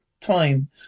time